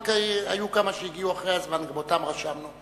אם כי היו כמה שהגיעו אחרי הזמן וגם אותם רשמנו.